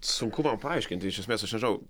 sunku man paaiškinti iš esmės aš nežinau